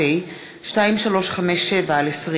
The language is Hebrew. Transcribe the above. פ/2357/20